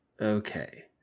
Okay